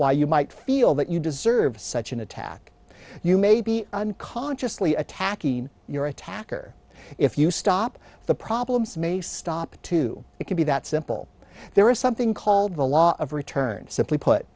why you might feel that you deserve such an attack you may be unconsciously attacking your attacker if you stop the problems may stop to it could be that simple there is something called the law of return simply put